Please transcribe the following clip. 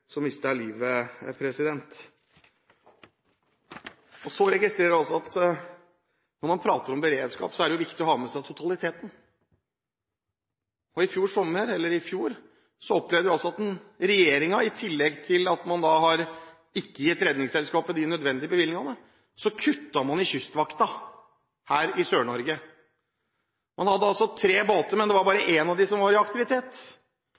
livet. Så registrerer jeg at når man prater om beredskap, er det viktig å ha med seg totaliteten. I fjor opplevde vi at regjeringen, i tillegg til at den ikke har gitt Redningsselskapet de nødvendige bevilgningene, kuttet i Kystvakta her i Sør-Norge. Man hadde tre båter, men det var bare en av dem som var i aktivitet.